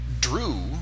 Drew